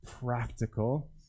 practical